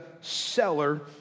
seller